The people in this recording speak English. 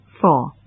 Four